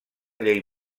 llei